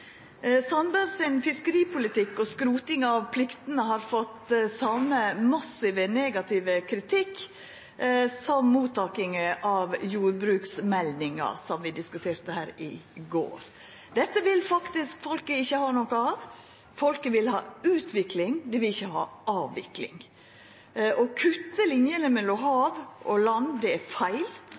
fiskeripolitikk og skrotinga av pliktene har fått den same massive, negative kritikken som jordbruksmeldinga, som vi diskuterte her i går. Dette vil folket faktisk ikkje ha noko av. Folket vil ha utvikling, dei vil ikkje ha avvikling. Å kutta linjene mellom hav og land er feil,